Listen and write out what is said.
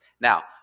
Now